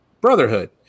brotherhood